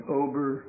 over